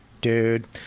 Dude